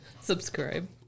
Subscribe